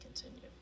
continue